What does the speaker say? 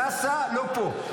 סע, סע, לא פה.